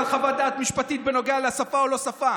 חוות דעת משפטית בנוגע לשפה או לא שפה.